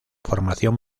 formación